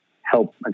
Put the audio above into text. help